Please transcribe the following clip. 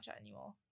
anymore